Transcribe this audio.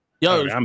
yo